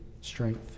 strength